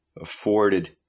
afforded